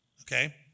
okay